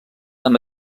amb